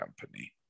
company